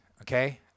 Okay